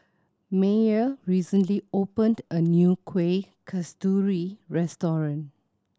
Meyer recently opened a new Kuih Kasturi restaurant